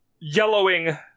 yellowing